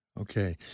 Okay